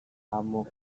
kamu